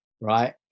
right